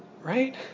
Right